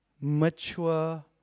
mature